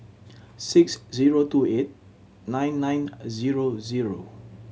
six zero two eight nine nine zero zero